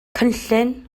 cynllun